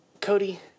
Cody